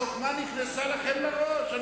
החוכמה נכנסה לכם לראש.